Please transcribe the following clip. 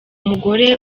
mugore